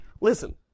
Listen